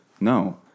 no